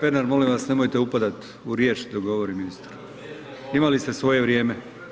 Kolega Pernar molim vas nemojte upadati u riječ dok govori ministar, imali ste svoje vrijeme.